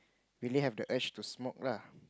really have the urge to smoke lah